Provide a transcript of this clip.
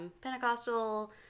Pentecostal